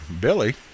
Billy